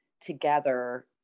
together